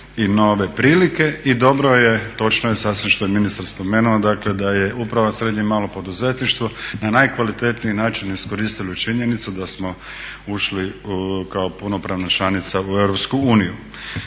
i nove prilike. I dobro je, točno je sasvim što je ministar spomenuo, dakle da je upravo srednje i malo poduzetništvo na najkvalitetniji način iskoristilo činjenicu da smo ušli kao punopravna članica u